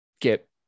get